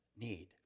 need